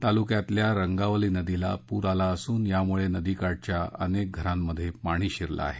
तालुक्यातल्या रंगावली नदीला पूर आला असुन यामुळे नदीकाठच्या अनेक घरांमध्ये पाणी शिरलं आहे